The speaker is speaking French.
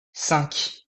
cinq